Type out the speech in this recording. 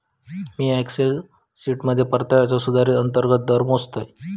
मिया एक्सेल शीटमध्ये परताव्याचो सुधारित अंतर्गत दर मोजतय